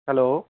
hello